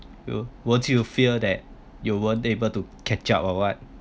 you won't you fear that you won't able to catch up or what